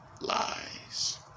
lies